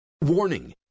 Warning